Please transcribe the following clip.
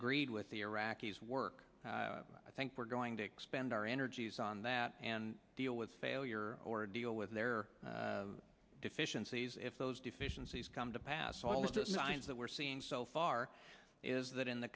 agreed with the iraqis work i think we're going to expand our energies on that and deal with failure or deal with their deficiencies if those deficiencies come to pass all the signs that we're seeing so far is that in the